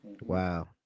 Wow